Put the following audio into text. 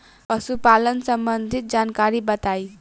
पशुपालन सबंधी जानकारी बताई?